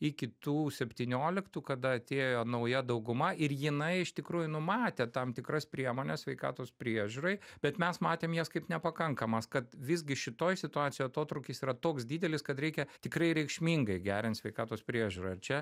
iki tų septynioliktų kada atėjo nauja dauguma ir jinai iš tikrųjų numatė tam tikras priemones sveikatos priežiūrai bet mes matėm jas kaip nepakankamas kad visgi šitoj situacijoj atotrūkis yra toks didelis kad reikia tikrai reikšmingai gerint sveikatos priežiūrą ir čia